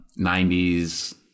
90s